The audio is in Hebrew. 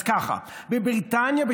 אז כך: בבריטניה,